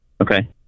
Okay